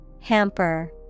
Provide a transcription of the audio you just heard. Hamper